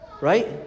right